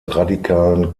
radikalen